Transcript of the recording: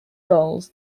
goals